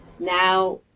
now,